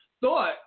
Thought